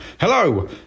Hello